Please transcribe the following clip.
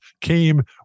came